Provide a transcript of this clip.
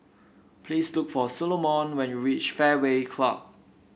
please look for Solomon when you reach Fairway Club